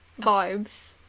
vibes